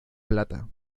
plata